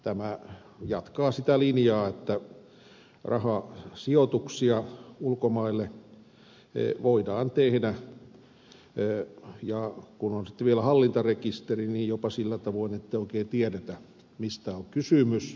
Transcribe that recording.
tämä jatkaa sitä linjaa että rahasijoituksia ulkomaille voidaan tehdä ja kun on sitten vielä hallintarekisteri niin jopa sillä tavoin että ei oikein tiedetä mistä on kysymys